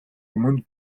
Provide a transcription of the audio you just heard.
өмнө